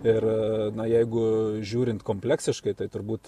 ir na jeigu žiūrint kompleksiškai tai turbūt